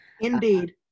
Indeed